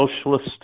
socialist